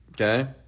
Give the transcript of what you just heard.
Okay